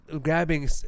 grabbing